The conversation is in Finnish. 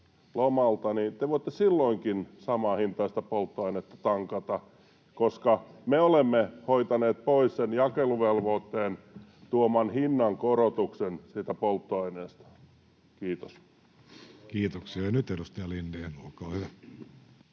lomalta, niin te voitte silloinkin samanhintaista polttoainetta tankata, [Tuomas Kettusen välihuuto] koska me olemme hoitaneet pois sen jakeluvelvoitteen tuoman hinnankorotuksen polttoaineesta. — Kiitos. Kiitoksia. — Edustaja Lindén, olkaa hyvä.